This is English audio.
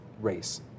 race